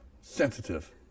sensitive